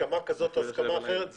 הסכמה כזו או אחרת,